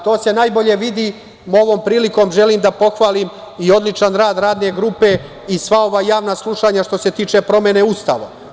To se najbolje vidi, ovom prilikom želim da pohvalim i odličan rad radne grupe i sva ova javna slušanja što se tiče promene Ustava.